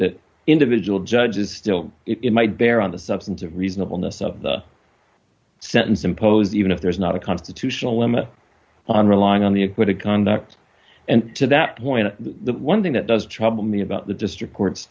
that individual judges still it might bear on the substance of reasonableness of the sentence imposed even if there is not a constitutional limit on relying on the acquitted conduct and to that point the one thing that does trouble me about the district court's